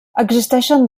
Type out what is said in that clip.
existeixen